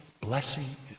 blessing